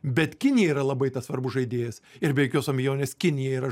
bet kinija yra labai tas svarbus žaidėjas ir be jokios abejonės kinija yra